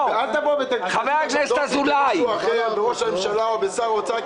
--- זה משהו אחר וראש הממשלה ושר האוצר,